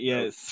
Yes